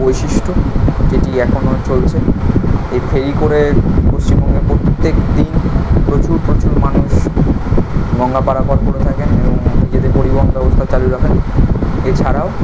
বৈশিষ্ট্য যেটি এখনও চলছে এই ফেরি করে পশ্চিমবঙ্গের প্রত্যেক দিন প্রচুর প্রচুর মানুষ গঙ্গা পারাপার করে থাকেন এবং নিজেদের পরিবহন ব্যবস্থা চালু রাখেন এছাড়াও